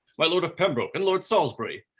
my lord of pembroke, and lord salisbury,